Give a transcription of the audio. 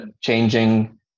changing